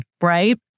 Right